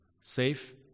safe